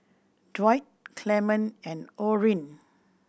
Dwight Clement and Orene